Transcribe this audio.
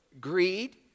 greed